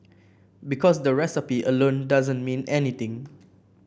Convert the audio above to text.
because the recipe alone doesn't mean anything